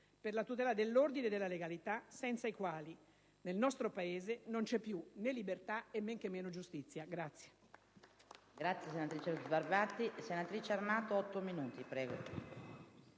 per la tutela dell'ordine e della legalità, senza i quali nel nostro Paese non c'è più né libertà e men che meno giustizia.